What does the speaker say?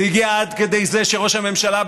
זה הגיע עד כדי כך שראש הממשלה,